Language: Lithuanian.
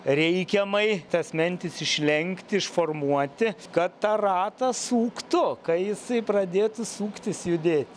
reikiamai tas mentis išlenkti išformuoti kad tą ratą suktų ka jisai pradėtų suktis judėt